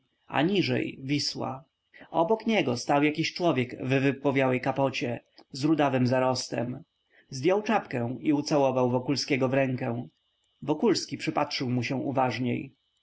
a niżej wisła obok niego stał jakiś człowiek w wypłowiałej kapocie z rudawym zarostem zdjął czapkę i całował wokulskiego w rękę wokulski przypatrzył mu się uważniej